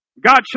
God